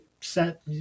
set